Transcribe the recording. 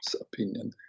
opinion